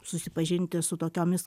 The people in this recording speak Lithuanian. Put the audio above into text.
susipažinti su tokiomis